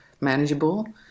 manageable